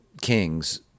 kings